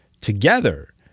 together